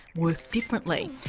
work differently.